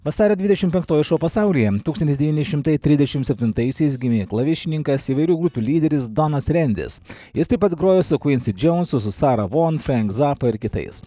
vasario dvidešimt penktoji šou pasaulyje tūkstantis devyni šimtai trisdešimt septintaisiais gimė klavišininkas įvairių grupių lyderis donas rendis jis taip pat grojo su kvinsi džounsu su sara vonfeng zapa ir kitais